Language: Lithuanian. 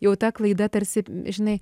jau ta klaida tarsi žinai